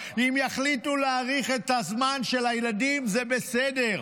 אם יחליטו להאריך את הזמן של הילדים זה בסדר,